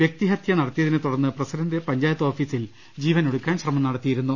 വൃക്തിഹത്യ നടത്തിയതിനെ തുടർന്ന് പ്രസിഡന്റ് പഞ്ചായത്ത് ഓഫീസിൽ ജീവനൊടുക്കാൻ ശ്രമിച്ചിരുന്നു